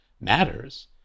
matters